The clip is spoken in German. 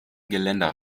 geländer